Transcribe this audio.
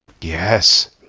yes